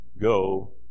go